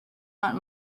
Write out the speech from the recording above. not